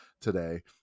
today